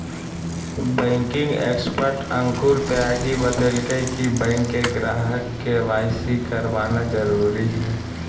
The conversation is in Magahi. बैंकिंग एक्सपर्ट अंकुर त्यागी बतयलकय कि बैंक के ग्राहक के.वाई.सी करवाना जरुरी हइ